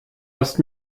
hast